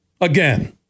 again